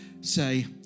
say